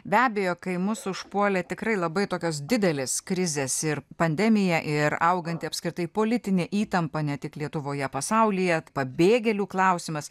be abejo kai mus užpuolė tikrai labai tokios didelės krizės ir pandemija ir auganti apskritai politinė įtampa ne tik lietuvoje pasaulyje pabėgėlių klausimas